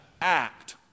act